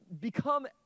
become